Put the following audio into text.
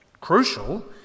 crucial